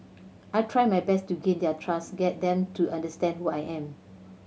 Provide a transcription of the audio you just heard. I'll try my best to gain their trust get them to understand who I am